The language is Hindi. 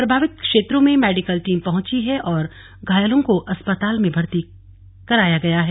प्रभावित क्षेत्रों में मेडिकल टीम पहुंच चुकी हैं और घायलों को अस्पताल में भर्ती किया गया है